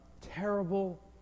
terrible